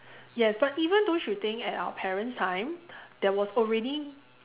yes but even don't you think at our parent's time there was already